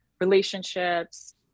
relationships